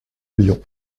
lion